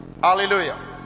Hallelujah